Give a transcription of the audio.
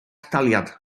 daliad